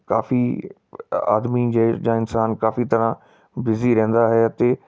ਕਾਫੀ ਆਦਮੀ ਜੇ ਜਾਂ ਇਨਸਾਨ ਕਾਫੀ ਤਰ੍ਹਾਂ ਬਿਜ਼ੀ ਰਹਿੰਦਾ ਹੈ ਅਤੇ